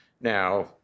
Now